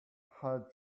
had